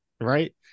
right